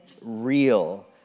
real